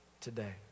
today